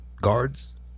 guards